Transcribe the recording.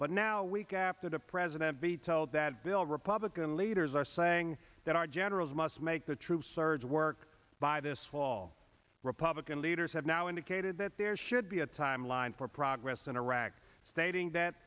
but now week after the president vetoed that bill republican leaders are saying that our generals must make the troop surge work by this fall republican leaders have now indicated that there should be a timeline for progress in iraq stating that